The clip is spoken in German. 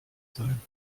sein